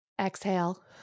Exhale